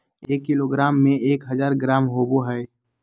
एक किलोग्राम में एक हजार ग्राम होबो हइ